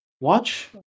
Watch